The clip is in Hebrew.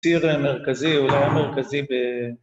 ‫ציר מרכזי, אולי המרכזי ב...